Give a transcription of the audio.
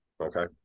okay